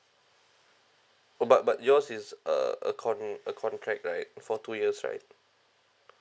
but but yours is uh a con~ a contract right for two years right